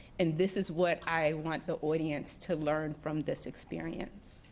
and this is what i want the audience to learn from this experience.